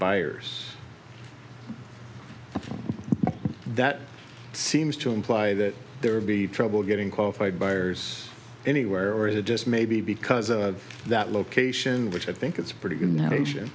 buyers that seems to imply that there would be trouble getting qualified buyers anywhere or is it just maybe because of that location which i think it's a pretty good nat